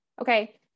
okay